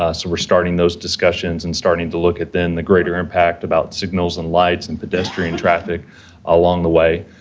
ah so, we're starting those discussions and starting to look at, then, the greater impact about signals and lights and pedestrian traffic along the way.